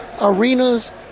arenas